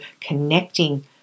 connecting